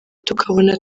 tukabona